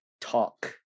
talk